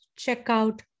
checkout